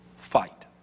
fight